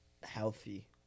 healthy